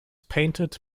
painted